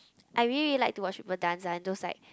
I really like to watch people dance ah and those like